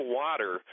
water